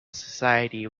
society